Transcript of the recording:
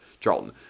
Charlton